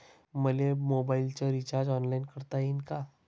मले मोबाईलच recharge online करता येईन का?